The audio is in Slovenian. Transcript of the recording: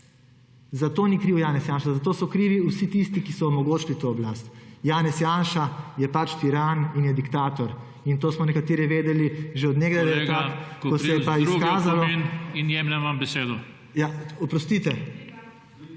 Za to ni kriv Janez Janša za to so krivi vsi tisti, ki so omogočili to oblast. Janez Janša je pač tiran in je diktator in to smo nekateri vedeli že od nekdaj. Ko se je pa izkazalo…